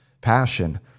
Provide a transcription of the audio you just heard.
passion